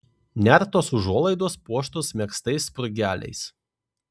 nertos užuolaidos puoštos megztais spurgeliais